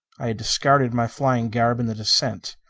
i had discarded my flying garb in the descent.